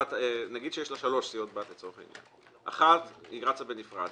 נגיד שיש לה שלוש סיעות בת לצורך העניין: אחת רצה בנפרד,